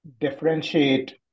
differentiate